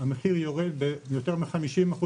המחיר יורד ביותר מ-50%